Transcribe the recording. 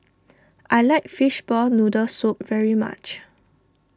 I like Fishball Noodle Soup very much